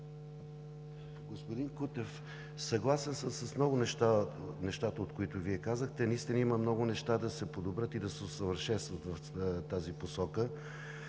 Господин Кутев, съгласен съм с много от нещата, които казахте. Наистина има много неща да се подобрят и усъвършенстват в тази посока,